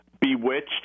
bewitched